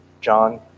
John